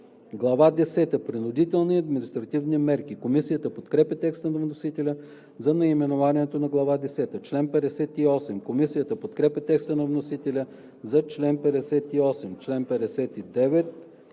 десета – Принудителни административни мерки“. Комисията подкрепя текста на вносителя за наименованието на Глава десета. Комисията подкрепя текста на вносителя за чл. 58.